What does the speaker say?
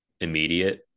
immediate